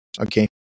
okay